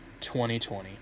2020